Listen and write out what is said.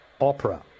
opera